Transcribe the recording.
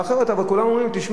אבל כולם אומרים לי: תשמע,